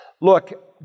Look